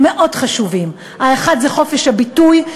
מאוד חשובים: האחד זה חופש הביטוי,